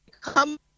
come